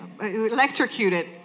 electrocuted